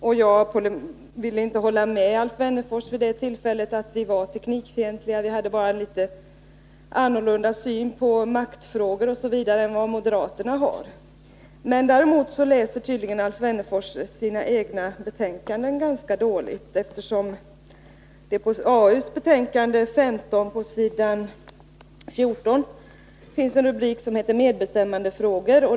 Jag ville vid det tillfället inte hålla med Alf Wennerfors om att vi var teknikfientliga; vi hade bara en något annan syn på maktfrågor osv. än vad moderaterna har. Däremot läser tydligen Alf Wennerfors sina egna betänkanden ganska dåligt. I arbetsmarknadsutskottets betänkande nr 15 finns på s. 14 rubriken Medbestämmandefrågor.